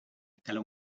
escala